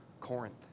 Corinth